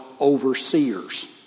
overseers